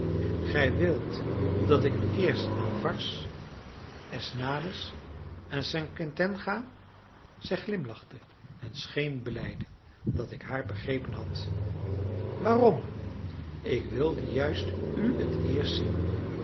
gij wilt dat ik eerst naar varses esnandes en saint quentin ga zij glimlachte en scheen blijde dat ik haar begrepen had waarom ik wilde juist u het eerst zien